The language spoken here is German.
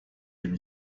dem